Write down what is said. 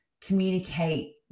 communicate